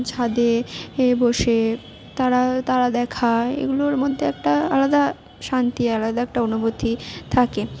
ছাদে এ বসে তারা তারা দেখা এগুলোর মধ্যে একটা আলাদা শান্তি আলাদা একটা অনুভূতি থাকে